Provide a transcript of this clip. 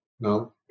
No